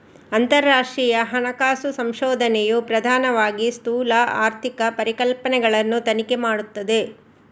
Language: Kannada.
ಅಂತರರಾಷ್ಟ್ರೀಯ ಹಣಕಾಸು ಸಂಶೋಧನೆಯು ಪ್ರಧಾನವಾಗಿ ಸ್ಥೂಲ ಆರ್ಥಿಕ ಪರಿಕಲ್ಪನೆಗಳನ್ನು ತನಿಖೆ ಮಾಡುತ್ತದೆ